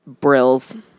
brills